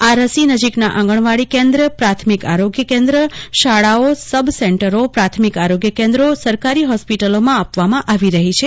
આ રસી નજીકના આંગણવાડી કેન્દ્ર પ્રાથમિક આરોગ્ય કેન્દ્ર શાળાઓ સબસેન્ટરો પ્રાથમિક આરોગ્ય કેન્દ્રો સરકારી હોસ્પીટલોમાં રસી આપવામાં આવી રહી છે